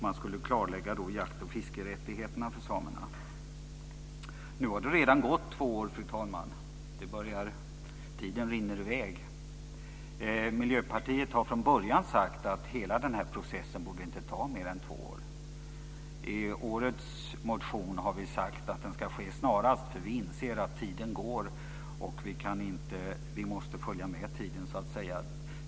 Man skulle då klarlägga jakt och fiskerättigheterna för samerna. Nu har det redan gått två år, fru talman. Tiden rinner i väg. Miljöpartiet har från början sagt att hela den här processen inte borde ta mer än två år. I årets motion har vi sagt att det här ska ske snarast, för vi inser att tiden går, och vi måste följa med tiden.